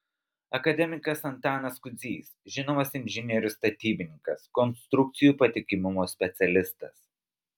akademikas antanas kudzys žinomas inžinierius statybininkas konstrukcijų patikimumo specialistas